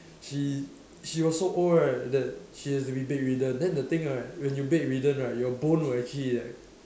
she she was so old right that she has to be bedridden then the thing right when you bedridden right your bone will actually like